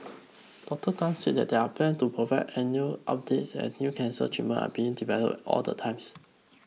Doctor Tan said that there are plans to provide annual updates as new cancer treatments are being developed all the times